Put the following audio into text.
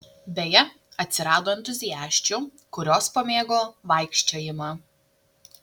beje atsirado entuziasčių kurios pamėgo vaikščiojimą